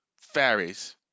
fairies